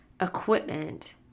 equipment